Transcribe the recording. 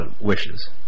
wishes